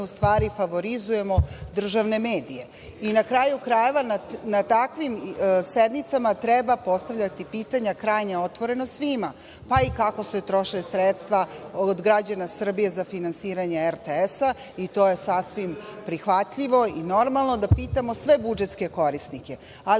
u stvari favorizujemo državne medije.I na kraju krajeva, na takvim sednicama treba postavljati pitanja krajnje otvoreno svima, pa i kako se troše sredstva od građana Srbije za finansiranje RTS, i to je sasvim prihvatljivo, i normalno i prihvatljivo, da pitamo sve budžetske korisnike,